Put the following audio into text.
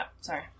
Sorry